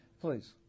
Please